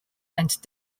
and